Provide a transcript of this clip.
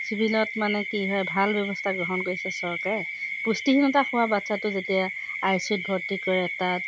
চিভিলত মানে কি হয় ভাল ব্যৱস্থা গ্ৰহণ কৰিছে চৰকাৰে পুষ্টিহীনতা হোৱা বাচ্ছাটো যেতিয়া আই চি ইউ ত ভৰ্তি কৰে তাত